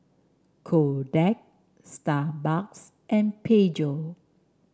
Kodak Starbucks and Peugeot